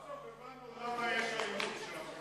סוף-סוף הבנו למה יש אלימות של החרדים